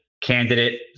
candidate